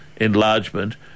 enlargement